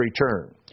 return